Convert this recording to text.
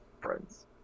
friends